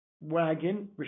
wagon